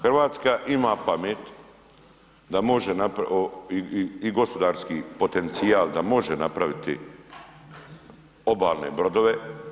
Hrvatska ima pamet da može i gospodarski potencijal da može napraviti obalne brodove.